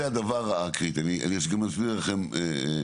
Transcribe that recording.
זה הדבר הקריטי ,אני אז גם אסביר לכם למה.